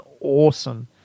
awesome